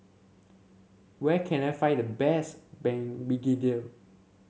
where can I find the best Ban Begedil